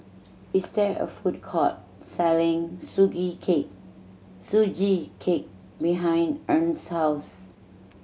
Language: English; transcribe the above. is there a food court selling cake Sugee Cake behind Ernst house